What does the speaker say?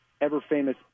ever-famous